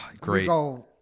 great